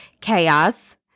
chaos